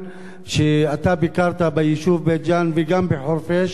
ואתה ביקרת ביישוב בית-ג'ן וגם בחורפיש ובשניהם